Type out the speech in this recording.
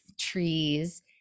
trees